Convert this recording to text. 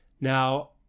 Now